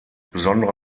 besondere